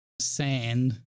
sand